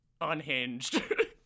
Unhinged